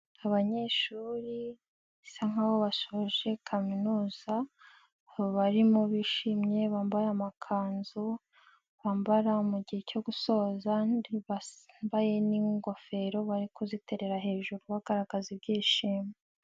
Abanyeshuri bisa nk'aho basoje Kaminuza, barimo bishimye bambaye amakanzu, bambara mugihe cyo gusoza, bambaye n'igofero, bari kuziterera hejuru bagaragaza ibyishimo.